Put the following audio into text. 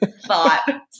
thought